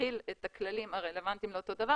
להנחיל את הכללים הרלוונטיים לאותו דבר